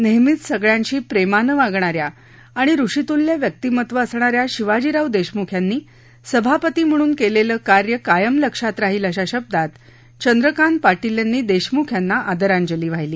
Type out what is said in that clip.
नेहमीच सगळ्यांशी प्रेमानं वागणाऱ्या आणि ऋषितुल्य व्यक्तिमत्व असणाऱ्या शिवाजीराव देशमुख यांनी सभापती म्हणून केलेलं कार्य कायम लक्षात राहील अशा शब्दात चंद्रकांत पाटील यांनी देशमुख यांना आदरांजली वाहिली